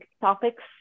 topics